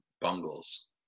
bungles